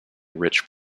rich